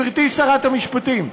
גברתי שרת המשפטים,